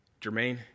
Jermaine